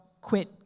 quit